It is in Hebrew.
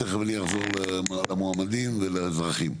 תכף אני אחזור למועמדים ואזרחים.